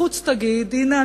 בחוץ תגיד: הנה,